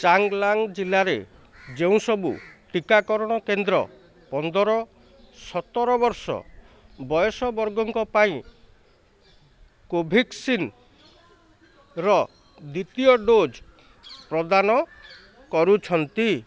ଚାଙ୍ଗ୍ଲାଙ୍ଗ୍ ଜିଲ୍ଲାରେ ଯେଉଁ ସବୁ ଟିକାକରଣ କେନ୍ଦ୍ର ପନ୍ଦର ସତର ବର୍ଷ ବୟସ ବର୍ଗଙ୍କ ପାଇଁ କୋଭାକ୍ସିନ୍ର ଦ୍ୱିତୀୟ ଡୋଜ୍ ପ୍ରଦାନ କରୁଛନ୍ତି